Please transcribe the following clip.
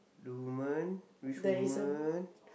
the woman which woman